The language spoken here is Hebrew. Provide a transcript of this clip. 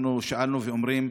אנחנו שאלנו, ואומרים: